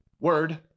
word